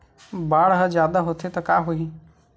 बाढ़ ह जादा होथे त का होही?